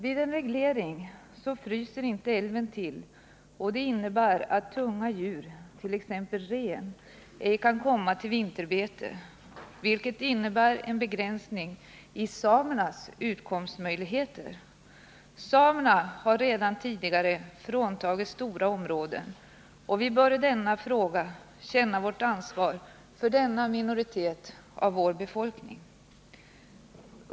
Vid en reglering fryser inte älven till, och det innebär att tunga djur, t.ex. ren, ej kan komma till vinterbete, vilket innebär en begränsning i samernas utkomstmöjligheter. Dessa har redan tidigare fråntagits stora områden, och vi bör i denna fråga känna vårt ansvar för denna minoritet av vår befolkning.